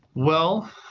well,